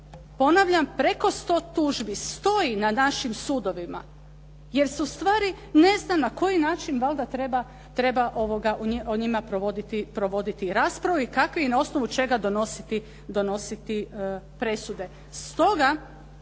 Ponavljam, preko 100 tužbi stoji na našim sudovima jer se ustvari ne zna na koji način valjda treba o njima provoditi raspravu i kako i na osnovu čega donositi presude.